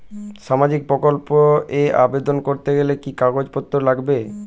সামাজিক প্রকল্প এ আবেদন করতে গেলে কি কাগজ পত্র লাগবে?